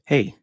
Hey